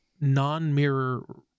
non-mirror